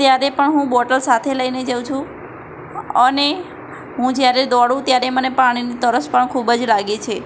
ત્યારે પણ હું બોટલ સાથે લઈને જાઉં છું અને હું જ્યારે દોડું ત્યારે મને પાણીની તરસ પણ ખૂબ જ લાગે છે